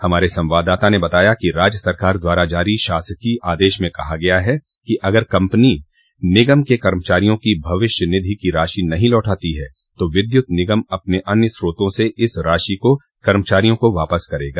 हमारे संवाददाता ने बताया है कि राज्य सरकार द्वारा जारी शासकीय आदेश में कहा गया है कि अगर कंपनी निगम के कर्मचारियों की भविष्यनिधि की राशि नहीं लौटाती है तो विद्युत निगम अपने अन्य स्रोतों से इस राशि को कर्मचारियों को वापस करेगा